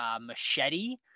machete